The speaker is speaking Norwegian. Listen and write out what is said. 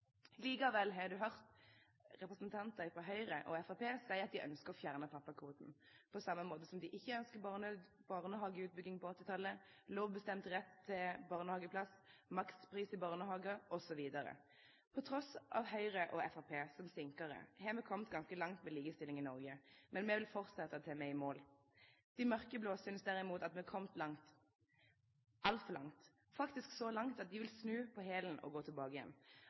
Likevel har man hørt representanter fra Høyre og Fremskrittspartiet si at de ønsker å fjerne pappakvoten, på samme måte som de ikke ønsket barnehageutbygging på 1980-tallet, lovbestemt rett til barnehageplass, makspris i barnehager osv. På tross av Høyre og Fremskrittspartiet som sinker har vi kommet ganske langt med likestilling i Norge, men vi vil fortsette til vi er i mål. De mørkeblå synes derimot at vi har kommet langt – altfor langt – faktisk så langt at de vil snu på hælen og gå tilbake igjen.